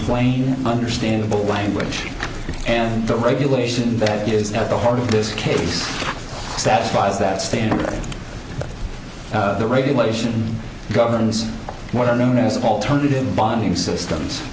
plain understandable language and the regulation that is at the heart of this case satisfies that standard the regulation governs what are known as alternative bonding systems